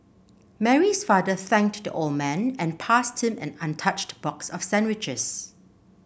Mary's father thanked the old man and passed him an untouched box of sandwiches